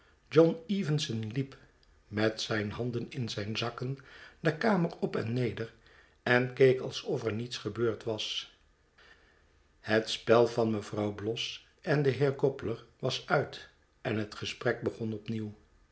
john evenson liep met zijn handen in zijn zakken de kamer op en neder en keek alsof er niets gebeurd was het spel van mevrouw bloss en den heer gobler was uit en het gesprek begon